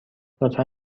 لطفا